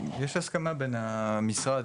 יש הסכמה בין המשרד,